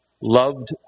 loved